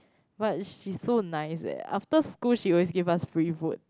but she's so nice eh after school she always give us free food